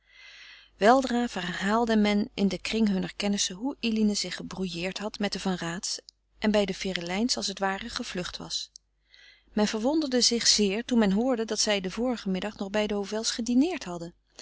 weldra verhaalde men in den kring hunner kennissen hoe eline zich gebrouilleerd had met de van raats en bij de ferelijns als het ware gevlucht was men verwonderde zich zeer toen men hoorde dat zij den vorigen middag nog bij de hovels gedineerd hadden